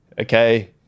okay